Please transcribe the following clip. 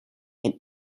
and